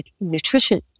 nutrition